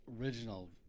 original